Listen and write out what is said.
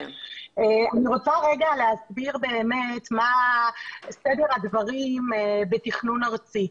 אני רוצה רגע להסביר באמת מה סדר הדברים בתכנון ארצי.